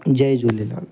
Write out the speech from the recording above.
Jay Jhulelal